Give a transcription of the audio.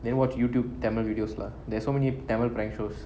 then watch youtube tamil videos lah there's so many tamil prank shows